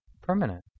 permanent